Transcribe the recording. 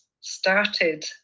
started